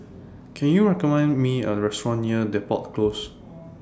Can YOU recommend Me A Restaurant near Depot Close